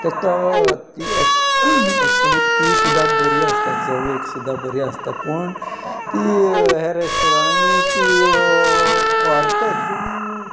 ताका ती एक्चुली ती सुद्दां बरी आसता चवेक सुद्दां बरी आसता पूण ती हे रेस्टोररांनी ती व्हरतत पूण